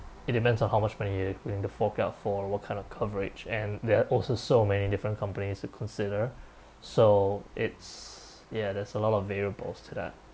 it depends on how much money you willing to fork out for what kind of coverage and there are also so many different companies to consider so it's ya there's a lot of variables to that